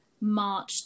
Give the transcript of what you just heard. March